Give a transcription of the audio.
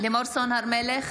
לימור סון הר מלך,